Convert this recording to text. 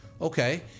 Okay